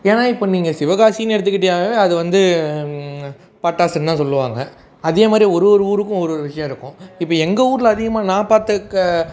ஏன்னா இப்போ நீங்கள் சிவாகாசின்னு எடுத்துக்கிட்டால் அது வந்து பட்டாசுன்னு தான் சொல்வாங்க அதே மாதிரி ஒரு ஒரு ஊருக்கும் ஒரு ஒரு விஷயம் இருக்கும் இப்போ எங்கள் ஊரில் அதிகமாக நான் பார்த்த